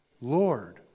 Lord